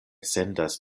sendas